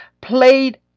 played